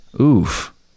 Oof